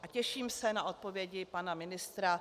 A těším se na odpovědi pana ministra.